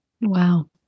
Wow